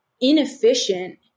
inefficient